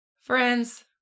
Friends